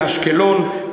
מאשקלון,